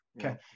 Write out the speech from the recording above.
Okay